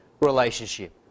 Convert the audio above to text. relationship